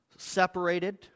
separated